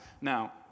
now